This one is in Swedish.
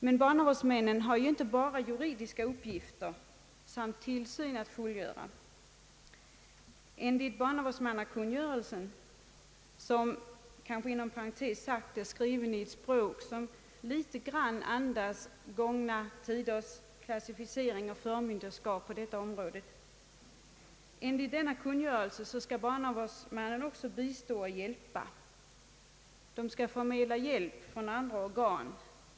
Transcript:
Men barnavårdsmännen har inte bara juridiska uppgifter och tillsyn att fullgöra. Enligt barnavårdsmannakungörelsen, som kanske inom parentes sagt är skriven på ett språk som litet andas gångna tiders klassificering och förmynderskap på detta område, skall barnavårdsmannen också bistå och hjälpa. Han skall förmedla hjälp från andra organ.